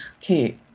Okay